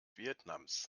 vietnams